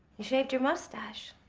you shaved your moustache.